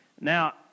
Now